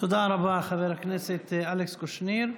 תודה רבה, חבר הכנסת אלכס קושניר.